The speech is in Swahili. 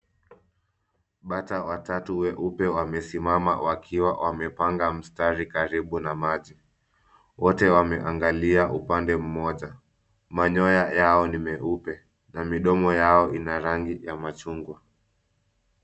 Bata watatu weupe wamesimama wakiwa wamepanga mstari karibu na maji. Wote wameangalia upande mmoja. Manyoya yao ni meupe, na midomo yao ina rangi ya machungwa.